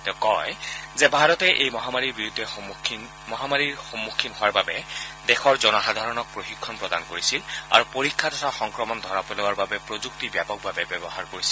তেওঁ কয় যে ভাৰতে এই মহামাৰীৰ সন্মুখীন হোৱাৰ বাবে দেশৰ জনসাধাৰণক প্ৰশিক্ষণ প্ৰদান কৰিছিল আৰু পৰীক্ষা তথা সংক্ৰমণ ধৰা পেলোৱাৰ বাবে প্ৰযুক্তি ব্যপকভাৱে ব্যৱহাৰ কৰিছিল